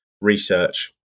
research